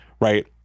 right